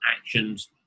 actions